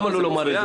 למה לא לומר את זה?